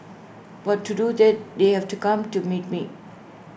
but to do that they have to come to meet me